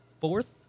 fourth